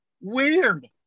weird